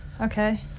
Okay